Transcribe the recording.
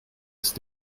ist